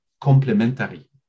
complementary